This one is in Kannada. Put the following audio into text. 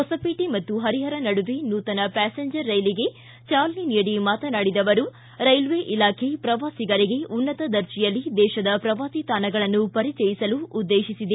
ಹೊಸಪೇಟೆ ಮತ್ತು ಹರಿಹರ ನಡುವೆ ನೂತನ ಪ್ಯಾಸೆಂಜರ್ ರೈಲಿಗೆ ಚಾಲನೆ ನೀಡಿ ಮಾತನಾಡಿದ ಅವರು ರೈಲ್ವೆ ಇಲಾಖೆ ಪ್ರವಾಸಿಗರಿಗೆ ಉನ್ನತ ದರ್ಜೆಯಲ್ಲಿ ದೇಶದ ಪ್ರವಾಸಿ ತಾಣಗಳನ್ನು ಪರಿಚಯಿಸಲು ಉದ್ದೇಶಿಸಿದೆ